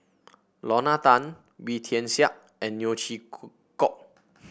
Lorna Tan Wee Tian Siak and Neo Chwee Kok